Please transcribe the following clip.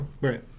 Right